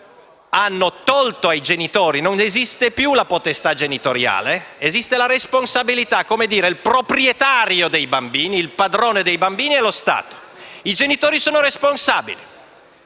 hanno già rubato i tribunali. Non esiste più la potestà genitoriale, ma esiste la responsabilità: è come dire che il proprietario dei bambini, il padrone dei bambini è lo Stato. I genitori sono responsabili,